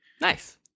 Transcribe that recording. Nice